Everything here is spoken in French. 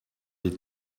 des